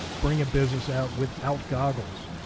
bring a business out without goggles.